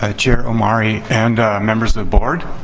ah chair omari and members of the board.